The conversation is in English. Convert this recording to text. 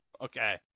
okay